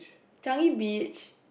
Changi-Beach